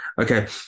okay